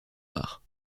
noir